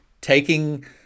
taking